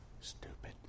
Stupid